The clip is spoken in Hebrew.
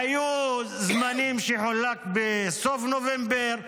היו זמנים שחולק בסוף נובמבר,